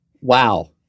Wow